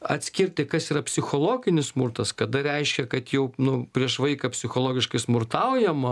atskirti kas yra psichologinis smurtas kada reiškia kad jau nu prieš vaiką psichologiškai smurtaujama